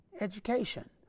education